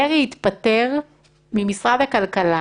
דרעי התפטר ממשרד הכלכלה